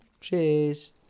Cheers